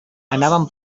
anaven